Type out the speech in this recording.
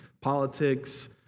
politics